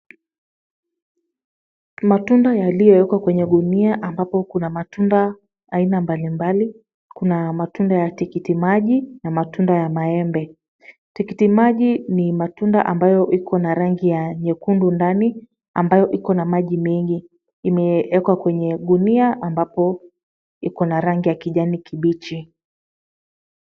Matunda yaliyowekwa kwenye gunia ambapo kuna matunda aina mbalimbali. Kuna matunda ya tikiti maji na matunda ya maembe. Tikiti maji ni matunda ambayo iko na rangi ya nyekundu ndani ambayo iko na maji mengi. Imeekwa kwenye gunia ambapo iko na rangi ya kijani kibichi.